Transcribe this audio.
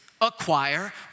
acquire